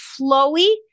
flowy